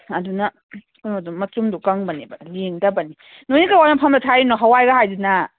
ꯑꯗꯨꯅ ꯀꯩꯅꯣꯗꯣ ꯃꯆꯨꯝꯗꯣ ꯀꯪꯕꯅꯦꯕ ꯂꯦꯡꯗꯕꯅꯦ ꯅꯣꯏ ꯀꯔꯥꯋꯥꯏ ꯃꯐꯝꯗ ꯊꯥꯔꯤꯅꯣ ꯍꯋꯥꯏꯔ ꯍꯥꯏꯗꯨꯅ